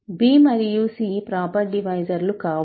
b మరియు c proper డివైజర్లు కావు